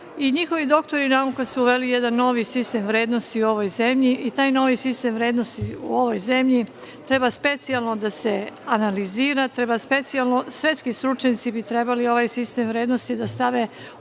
njihovi doktori i nauka su uveli jedan novi sistem vrednosti u ovoj zemlji i taj novi sistem vrednosti u ovoj zemlji treba specijalno da se analizira, specijalno svetski stručnjaci bi trebali ovaj sistem vrednosti da stave u